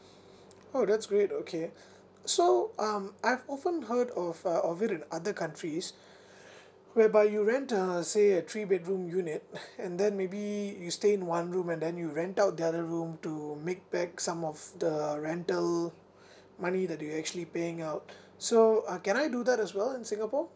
oh that's great okay so um I've often heard of uh offer in other countries whereby you rent a say a three bedroom unit and then maybe you stay in one room and then you rent out the other room to make back some of the rental money that you actually paying out so uh can I do that as well in singapore